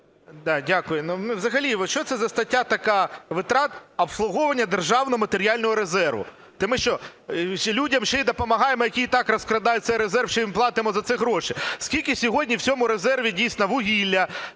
О.А. Дякую. Взагалі, що це за стаття така витрат "Обслуговування державного матеріального резерву"? То ми, що, людям ще й допомагаємо, які розкрадають цей резерв, і ще їм платимо за це гроші? Скільки сьогодні в цьому резерві, дійсно, вугілля,